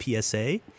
PSA